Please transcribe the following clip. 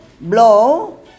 blow